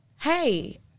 hey